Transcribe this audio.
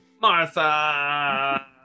Martha